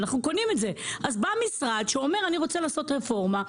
בא משרד ואומר: אני רוצה לעשות רפורמה.